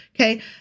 Okay